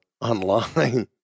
online